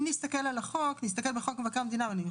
אם נסתכל בחוק מבקר המדינה ואולי